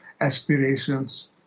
aspirations